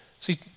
See